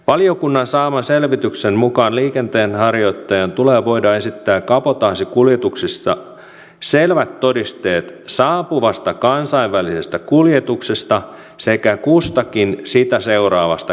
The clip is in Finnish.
valiokunnan saaman selvityksen mukaan liikenteenharjoittajan tulee voida esittää kabotaasikuljetuksissa selvät todisteet saapuvasta kansainvälisestä kuljetuksesta sekä kustakin sitä seuraavasta kabotaasimatkasta